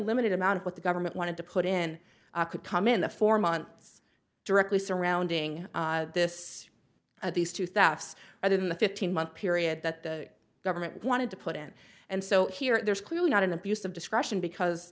limited amount of what the government wanted to put in could come in the four months directly surrounding this of these two thousand other than the fifteen month period that the government wanted to put in and so here there's clearly not enough use of discretion because